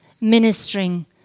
ministering